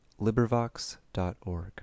LibriVox.org